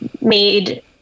made